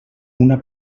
una